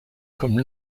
comme